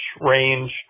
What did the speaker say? range